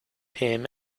him